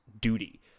duty